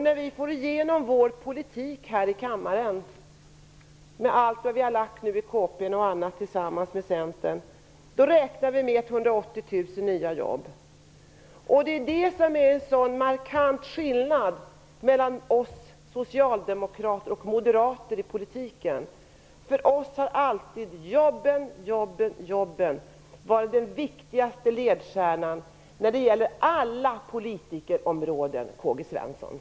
När vi går igenom vår politik här i kammaren, med allt som vi tillsammans med Centern har lagt fram i bl.a. kompletteringspropositionen, räknar vi med 180 000 nya jobb. Där finns det en markant skillnad mellan oss socialdemokrater och Moderaterna i politiken. För oss har alltid jobben, jobben, jobben varit den viktigaste ledstjärnan på alla politikerområden, Karl-Gösta